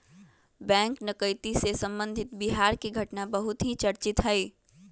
bank डकैती से संबंधित बिहार के घटना बहुत ही चर्चित हई